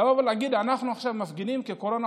יבואו ויגידו: אנחנו עכשיו מפגינים כי הקורונה,